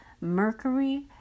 Mercury